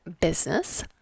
Business